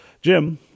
Jim